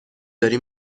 داری